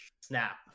snap